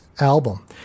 Album